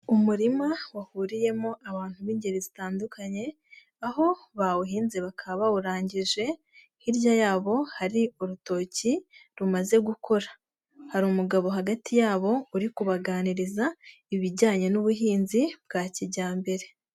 Umurima wahuriyemo abantu b'ingeri zitandukanye, aho bawuhinze bakaba bawurangije, hirya yabo hari urutoki rumaze gukora, hari umugabo hagati yabo uri kubaganiriza ibijyanye n'ubuhinzi bwa kijyambere.